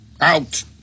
Out